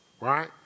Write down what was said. right